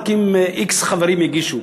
רק אם x חברים הגישו.